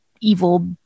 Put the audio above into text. evil